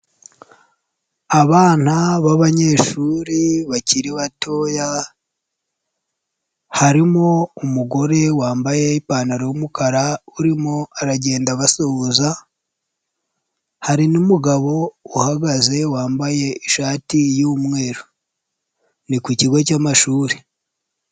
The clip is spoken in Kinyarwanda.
Abana b'abanyeshuri bakiri batoya, harimo umugore wambaye ipantaro y'umukara urimo aragenda abasuhuza, hari numugabo uhagaze wambaye ishati y'umweru. Ni ku kigo cy'amashuri.